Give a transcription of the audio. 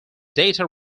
data